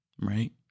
right